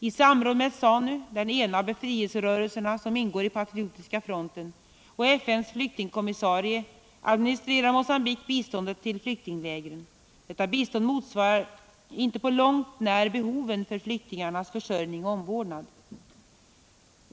I samråd med ZANU, den ena av befrielserörelserna som ingår i Patriotiska fronten, och FN:s flyktingkommissarie administrerar Mogambique biståndet till flyktinglägren. Detta bistånd motsvarar inte på långt när behoven för flyktingarnas försörjning och omvårdnad.